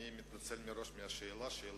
אני מתנצל מראש ואומר